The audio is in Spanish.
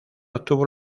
obtuvo